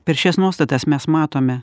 per šias nuostatas mes matome